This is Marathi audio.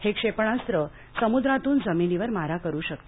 हे क्षेपणास्त्र समुद्रातून जमिनीवर मारा करू शकते